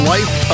Life